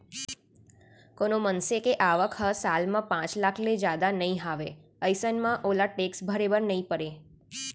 कोनो मनसे के आवक ह साल म पांच लाख ले जादा नइ हावय अइसन म ओला टेक्स भरे बर नइ परय